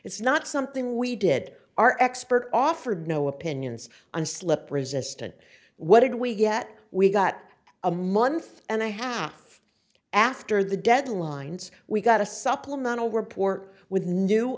it's not something we did our expert offered no opinions on slip resistent what did we get we got a month and a half after the deadlines we got a supplemental report with new